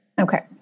okay